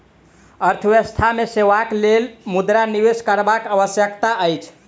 अर्थव्यवस्था मे सेवाक लेल मुद्रा निवेश करबाक आवश्यकता अछि